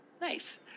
Nice